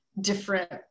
different